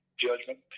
judgment